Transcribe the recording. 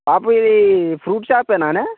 బాపు ఇది ఫ్రూట్ షాపేనానే